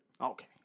Okay